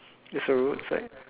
it's a road side